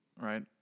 right